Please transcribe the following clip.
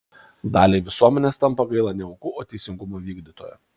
daliai visuomenės tampa gaila ne aukų o teisingumo vykdytojo